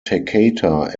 takata